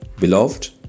Beloved